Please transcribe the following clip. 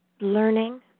learning